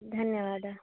धन्यवादः